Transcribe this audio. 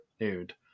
nude